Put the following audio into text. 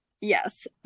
yes